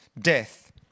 death